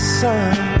sun